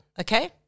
okay